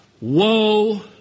woe